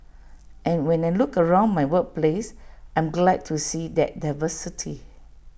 and when I look around my workplace I am glad to see that diversity